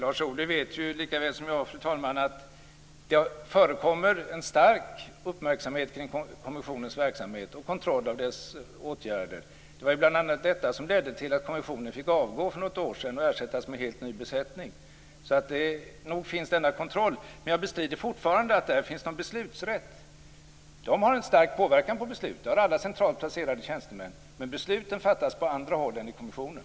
Fru talman! Lars Ohly vet lika väl som jag att det förekommer en stark uppmärksamhet kring kommissionens verksamhet och kontroll av dess åtgärder. Det var bl.a. detta som ledde till att kommissionen fick avgå för något år sedan och ersättas med en helt ny besättning. Så nog finns denna kontroll. Men jag bestrider fortfarande att det där finns någon beslutsrätt. Man har en stark påverkan på beslut. Det har alla centralt placerade tjänstemän, men besluten fattas på andra håll än i kommissionen.